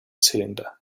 cylinder